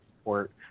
support